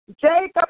Jacob